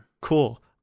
Cool